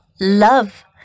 love